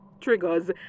triggers